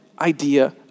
idea